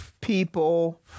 people